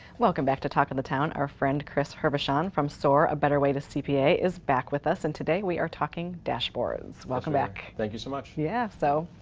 welcome back to talk of the town. our friend, chris hervochon, from soar, a better way to cpa, is back with us, and today we are talking dashboards. welcome back. thank you so much. yeah, so.